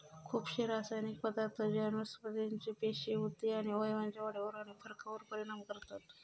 खुपशे रासायनिक पदार्थ जे वनस्पतीचे पेशी, उती आणि अवयवांच्या वाढीवर आणि फरकावर परिणाम करतत